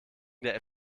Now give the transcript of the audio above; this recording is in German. der